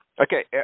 Okay